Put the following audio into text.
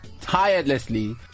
tirelessly